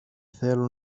θέλω